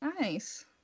nice